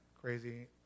crazy